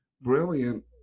brilliant